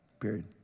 period